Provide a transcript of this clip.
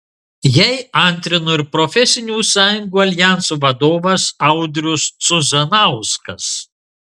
jai antrino ir profesinių sąjungų aljanso vadovas audrius cuzanauskas